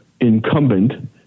incumbent